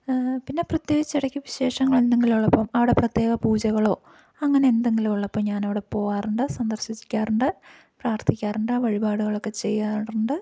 പിന്നെ പ്രത്യേകിച്ച് ഇടയ്ക്ക് വിശേഷങ്ങൾ എന്തെങ്കിലും ഉള്ളപ്പോൾ അവിടെ പ്രത്യേക പൂജകളോ അങ്ങനെ എന്തെങ്കിലും ഉള്ളപ്പോൾ ഞാനവിടെ പോകാറുണ്ട് സന്ദർശിക്കാറുണ്ട് പ്രാർത്ഥിക്കാറുണ്ട് ആ വഴിപാടുകളൊക്കെ ചെയ്യാറുണ്ട്